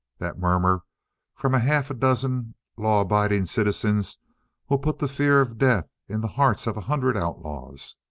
that murmur from half a dozen law-abiding citizens will put the fear of death in the hearts of a hundred outlaws.